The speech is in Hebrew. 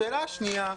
השאלה השנייה,